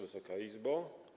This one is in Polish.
Wysoka Izbo!